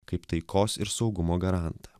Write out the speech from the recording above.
kaip taikos ir saugumo garantą